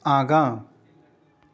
आगाँ